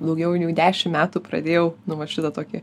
daugiau jau dešim metų pradėjau nu va šitą tokį